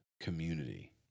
community